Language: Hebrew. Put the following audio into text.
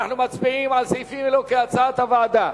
ואנחנו מצביעים על סעיפים אלה כהצעת הוועדה.